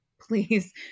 Please